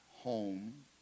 home